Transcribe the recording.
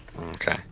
Okay